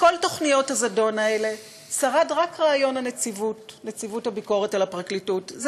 מכל תוכניות הזדון האלה שרד רק רעיון נציבות הביקורת על הפרקליטות,